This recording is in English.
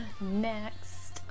Next